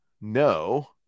no